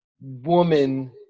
woman